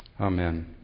Amen